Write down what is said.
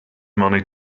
money